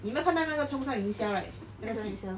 你们有看到那个冲上云霄 right 那个戏